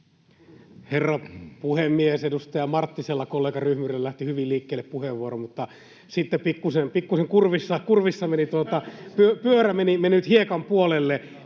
Herra puhemies! Edustaja Marttisella, kollegaryhmyrillä, lähti hyvin liikkeelle puheenvuoro, mutta sitten pikkuisen kurvissa pyörä meni hiekan puolelle.